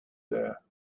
there